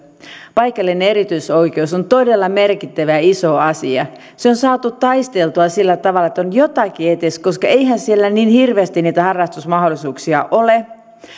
paikallinen erityisoikeus on todella merkittävä ja iso asia se on saatu taisteltua sillä tavalla että on jotakin edes koska eihän siellä niin hirveästi niitä harrastusmahdollisuuksia ole